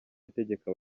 mategeko